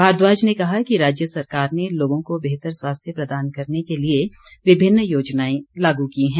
भारद्वाज ने कहा कि राज्य सरकार ने लोगों को बेहतर स्वास्थ्य प्रदान करने के लिए विभिन्न योजनाएं लागू की हैं